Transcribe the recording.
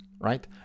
right